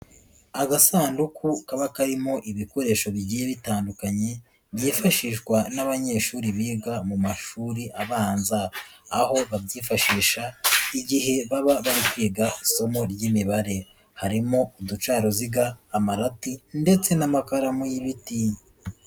Agasanduku kaba karimo ibikoresho bigiye bitandukanye byifashishwa n'abanyeshuri biga mu mashuri abanza, aho babyifashisha igihe baba bari kwiga isomo ry'imibare harimo uducaruziga, amarati ndetse n'amakaramu y'ibiti.